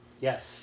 Yes